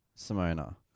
Simona